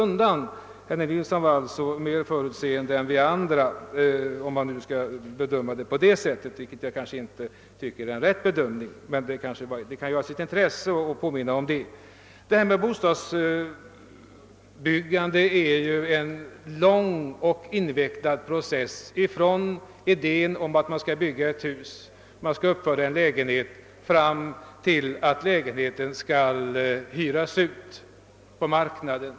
Herr Nilsson var alltså mer förutseende än vi andra, om man nu skall bedöma det på det sättet, vilket jag kanske inte tycker är helt riktigt. Men det kan som sagt ha sitt intresse att påminna om det. Bostadsbyggandet är ju en lång och invecklad process, från idén att bygga ett bostadshus fram till uthyrningen på marknaden.